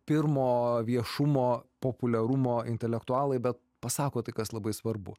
pirmo viešumo populiarumo intelektualai bet pasako tai kas labai svarbu